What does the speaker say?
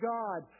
God